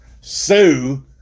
Sue